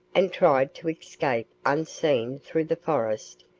and tried to escape unseen through the forest,